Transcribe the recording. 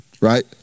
right